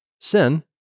sin